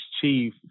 chief